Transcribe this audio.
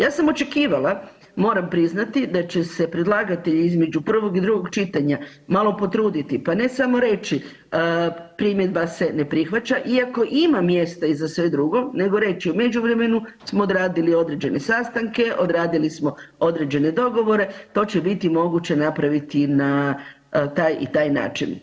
Ja sam očekivala moram priznati da će se predlagatelj između prvog i drugog čitanja malo potruditi, pa ne samo reći „primjedba se ne prihvaća“ iako ima mjesta i za sve drugo nego reći u međuvremenu smo odradili određene sastanke, odradili smo određene dogovore, to će biti moguće napraviti na taj i taj način.